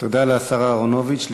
תודה לשר אהרונוביץ.